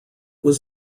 was